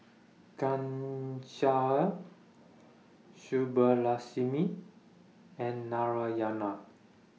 Ghanshyam Subbulakshmi and Narayana